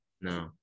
No